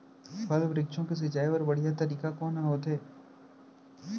फल, वृक्षों के सिंचाई बर बढ़िया तरीका कोन ह होथे?